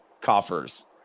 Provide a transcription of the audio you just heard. coffers